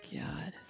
god